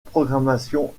programmation